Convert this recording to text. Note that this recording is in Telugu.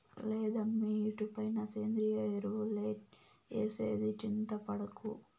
లేదమ్మీ ఇటుపైన సేంద్రియ ఎరువులే ఏసేది చింతపడకు